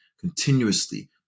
continuously